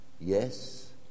Yes